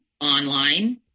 online